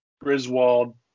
Griswold